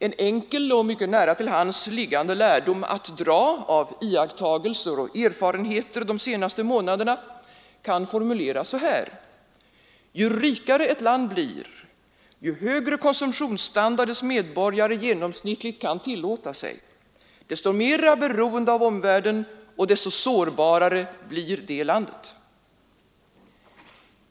En enkel och mycket nära till hands liggande lärdom att dra av iakttagelserna och erfarenheterna de senaste månaderna kan formuleras så här: Ju rikare ett land blir, ju högre konsumtionsstandard dess medborgare genomsnittligt kan tillåta sig, desto mer beroende av omvärlden och desto sårbarare blir det landet.